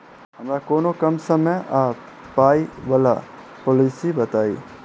हमरा कोनो कम समय आ पाई वला पोलिसी बताई?